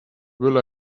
will